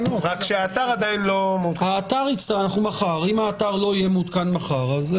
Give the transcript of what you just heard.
בוודאי למקום כמו ארצות הברית שאף אחד לא טס לשם לפחות משבוע.